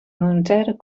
monetaire